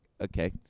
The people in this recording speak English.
Okay